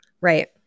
Right